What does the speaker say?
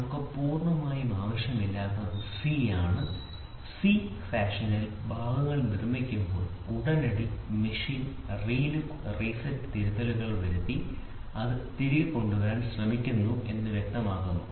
നമുക്ക് പൂർണ്ണമായും ആവശ്യമില്ലാത്തത് സി ആണ് സി ഫാഷനിൽ ഭാഗങ്ങൾ നിർമ്മിക്കുമ്പോൾ ഉടനടി മെഷീൻ റീലൂക്ക് റീസെറ്റ് തിരുത്തലുകൾ വരുത്തി അവർ അത് തിരികെ കൊണ്ടുവരാൻ ശ്രമിക്കുന്നു വ്യക്തമാക്കുന്നത്